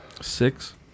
six